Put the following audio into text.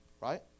Right